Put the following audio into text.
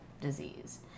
disease